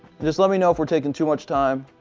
just let me know if we're taking too much time.